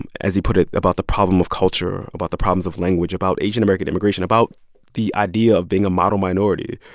and as he put it, about the problem of culture, about the problems of language, about asian american immigration, about the idea of being a model minority